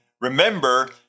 remember